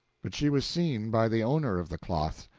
but she was seen by the owner of the cloth.